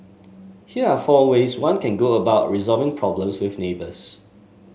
here are four ways one can go about resolving problems with neighbours